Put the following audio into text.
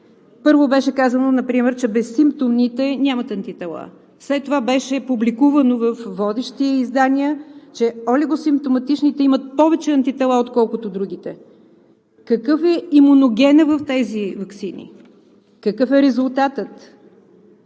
Първо беше казано например, че безсимптомните нямат антитела, след това беше публикувано във водещи издания, че олигосимптоматичните имат повече антитела, отколкото другите. Какъв е имуногенът в тези ваксини, какъв е резултатът?